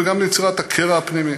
וגם מיצירת קרע פנימי.